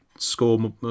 Score